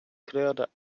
kleurde